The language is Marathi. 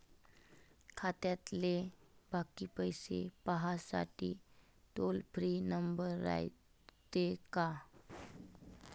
खात्यातले बाकी पैसे पाहासाठी टोल फ्री नंबर रायते का?